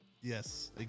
yes